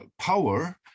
power